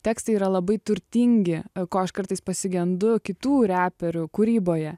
tekstai yra labai turtingi ko aš kartais pasigendu kitų reperių kūryboje